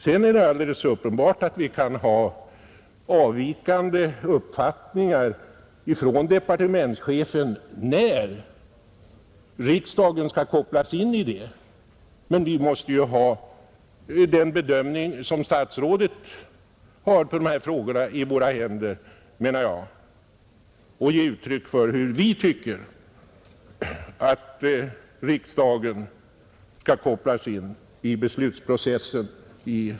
Sedan är det alldeles uppenbart att vi kan ha uppfattningar som avviker från departementschefens om när riksdagen skall kopplas in, men vi måste ha statsrådets bedömning av de här frågorna i våra händer, innan vi tar ställning till på vilket sätt parlamentariker skall kopplas in i beslutsprocessen.